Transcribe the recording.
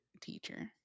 teacher